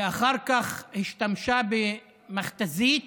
ואחר כך השתמשה במכת"זית